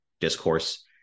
discourse